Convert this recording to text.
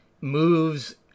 moves